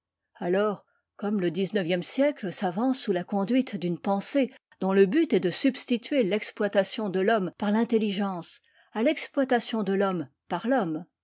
alors comme le xix siècle s'avance sous la conduite d'une pensée dont le but est de substituer l'exploitation de l'homme par l'intelligence à l'exploitation de l'homme par l'homme